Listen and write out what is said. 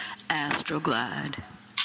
AstroGlide